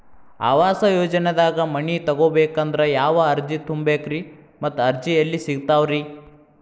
ಆವಾಸ ಯೋಜನೆದಾಗ ಮನಿ ತೊಗೋಬೇಕಂದ್ರ ಯಾವ ಅರ್ಜಿ ತುಂಬೇಕ್ರಿ ಮತ್ತ ಅರ್ಜಿ ಎಲ್ಲಿ ಸಿಗತಾವ್ರಿ?